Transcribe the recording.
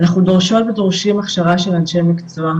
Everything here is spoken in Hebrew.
אנחנו דורשות ודורשים הכשרה של אנשי מקצוע,